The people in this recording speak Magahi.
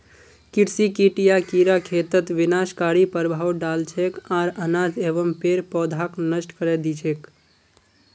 कृषि कीट या कीड़ा खेतत विनाशकारी प्रभाव डाल छेक आर अनाज एवं पेड़ पौधाक नष्ट करे दी छेक